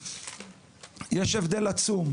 יש הבדל עצום,